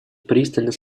пристально